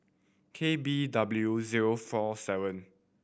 K B W zero four seven